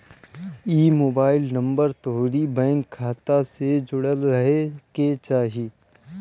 इ mobile number तोहरी bank खाता से जुड़ल रहे के चाही